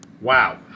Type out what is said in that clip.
Wow